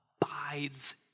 abides